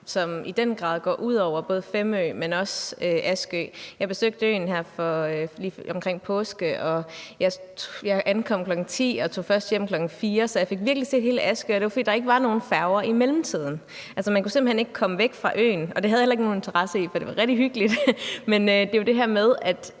som i den grad går ud over både Femø, men også Askø. Jeg besøgte øen her lige omkring påske, og jeg ankom kl. 10, og jeg tog først hjem klokken 16. Så jeg fik virkelig set hele Askø, og det var, fordi der ikke var nogen færger i mellemtiden. Altså, man kunne simpelt hen ikke komme væk fra øen, og det havde jeg heller ikke nogen interesse i, for det var rigtig hyggeligt, men det er jo det her med, at